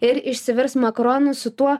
ir išsivirs makaronų su tuo